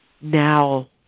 now